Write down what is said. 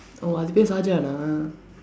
oh அது பெயரு சாஜஹான்னா:athu peyaru saajahaannaa